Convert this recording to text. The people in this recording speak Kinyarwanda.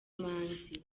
imanzi